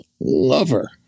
lover